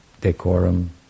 decorum